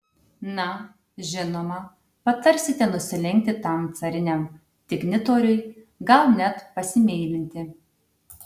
na žinoma patarsite nusilenkti tam cariniam dignitoriui gal net pasimeilinti